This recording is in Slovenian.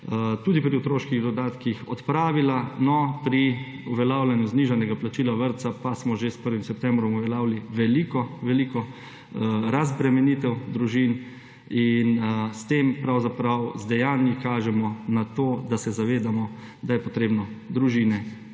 tudi pri otroških dodatkih odpravila. No, pri uveljavljanju znižanega plačila vrtca pa smo že s 1. septembrom uveljavili veliko veliko razbremenitev družin in s tem z dejanji kažemo na to, da se zavedamo, da je potrebno družine